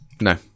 no